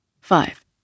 Five